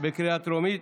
בקריאה טרומית.